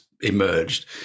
emerged